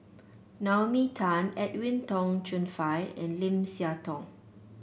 Naomi Tan Edwin Tong Chun Fai and Lim Siah Tong